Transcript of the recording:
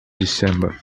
december